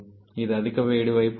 ఇది అధిక వేడి వైపు ఉంది